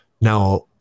Now